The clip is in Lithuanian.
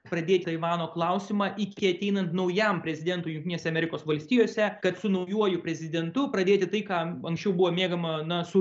pradėt taivano klausimą iki ateinan naujam prezidentui jungtinėse amerikos valstijose kad su naujuoju prezidentu pradėti tai ką anksčiau buvo mėgama na su